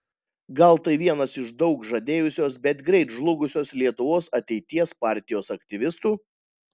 gal tai vienas iš daug žadėjusios bet greit žlugusios lietuvos ateities partijos aktyvistų